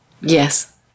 Yes